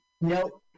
Nope